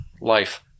life